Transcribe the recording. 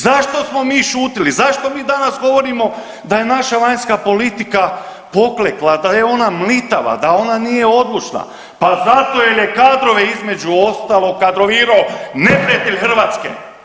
Zašto smo mi šutili, zašto mi danas govorimo da je naša vanjska politika poklekla, da je ona mlitava, da ona nije odlučna, pa zato jel je kadrove između ostalog kadrovirao neprijatelj Hrvatske.